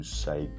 say